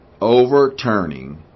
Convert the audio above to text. overturning